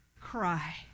cry